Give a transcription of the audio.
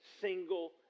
single